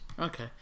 Okay